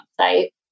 site